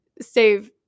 save